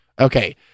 Okay